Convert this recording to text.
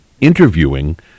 interviewing